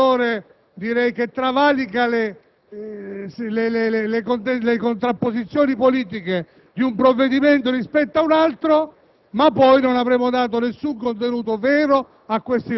di valore istituzionale, di valore superiore, di valore che travalica le contrapposizioni politiche di un provvedimento rispetto a un altro,